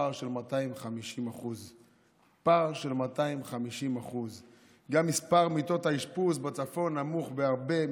פער של 250%. פער של 250%. גם מספר מיטות האשפוז בצפון נמוך בהרבה.